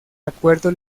acuerdo